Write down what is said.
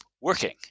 working